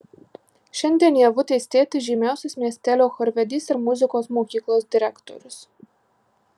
šiandien ievutės tėtis žymiausias miestelio chorvedys ir muzikos mokyklos direktorius